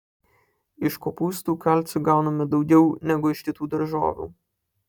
iš kopūstų kalcio gauname daugiau negu iš kitų daržovių